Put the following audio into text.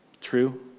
True